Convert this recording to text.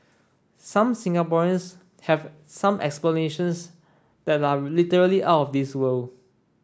some Singaporeans have some explanations that are literally out of this world